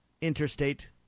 interstate